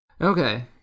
Okay